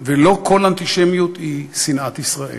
ולא כל אנטישמיות היא שנאת ישראל,